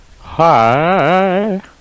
Hi